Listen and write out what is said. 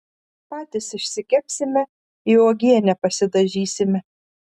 patys išsikepsime į uogienę pasidažysime